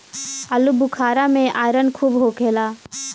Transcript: आलूबुखारा में आयरन खूब होखेला